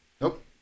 Nope